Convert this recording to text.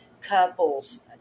couples